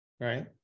Right